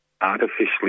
artificially